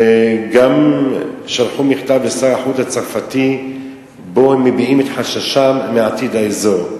הם גם שלחו מכתב לשר החוץ הצרפתי שבו הם מביעים את חששם לעתיד האזור.